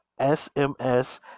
SMS